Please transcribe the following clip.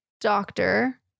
doctor